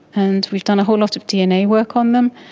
and we've done a whole lot of dna work on them,